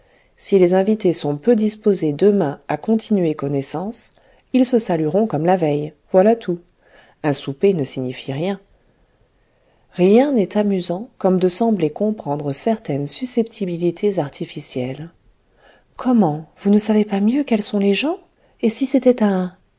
si les invités sont peu disposés demain à continuer connaissance ils se salueront comme la veille voilà tout un souper ne signifie rien rien n'est amusant comme de sembler comprendre certaines susceptibilités artificielles comment vous ne savez pas mieux quels sont les gens et si c'était un